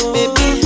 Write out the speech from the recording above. Baby